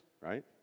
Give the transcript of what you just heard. right